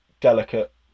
delicate